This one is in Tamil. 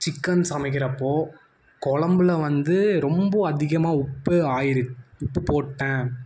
சிக்கன் சமைக்கிறப்போ குழம்புல வந்து ரொம்ப அதிகமாக உப்பு ஆயிரும் உப்பு போட்டேன்